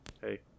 hey